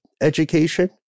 education